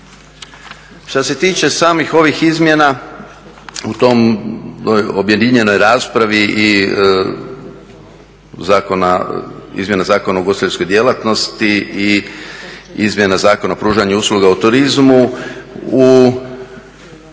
Što se tiče samih ovih izmjena u toj objedinjenoj raspravi izmjena Zakona o ugostiteljskoj djelatnosti i izmjena Zakona o pružanju usluga u turizmu,